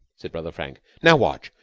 said brother frank. now watch.